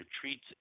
treats